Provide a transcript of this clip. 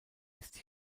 ist